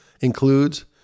includes